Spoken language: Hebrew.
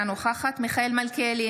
אינה נוכחת מיכאל מלכיאלי,